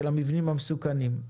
של המבנים המסוכנים.